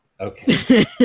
Okay